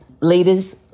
Leaders